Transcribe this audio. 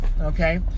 okay